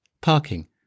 parking